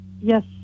Yes